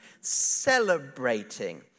celebrating